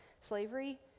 Slavery